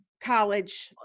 college